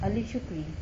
aliff syukri